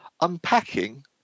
unpacking